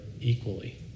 equally